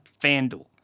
FanDuel